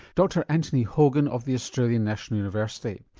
dr anthony hogan of the australian national university.